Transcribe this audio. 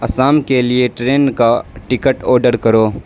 اسام کے لیے ٹرین کا ٹکٹ اوڈر کرو